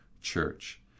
church